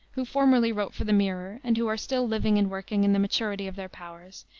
who formerly wrote for the mirror and who are still living and working in the maturity of their powers,